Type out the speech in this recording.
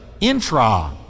intra